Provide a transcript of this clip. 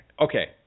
Okay